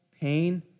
pain